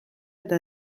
eta